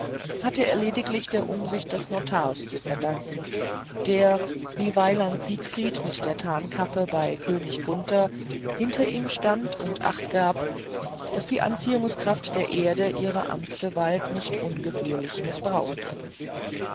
hatte er lediglich der umsicht des notars zu verdanken der wie weiland siegfried mit der tarnkappe bei könig gunther hinter ihm stand und achtgab daß die anziehungskraft der erde ihre amtsgewalt nicht ungebührlich mißbrauchte